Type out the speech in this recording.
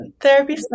therapy